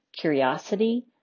curiosity